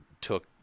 took